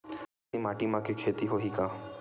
मटासी माटी म के खेती होही का?